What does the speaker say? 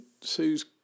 Sue's